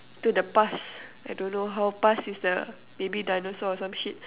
to the past I don't know how past is the maybe dinosaur or some shit